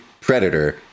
predator